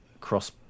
cross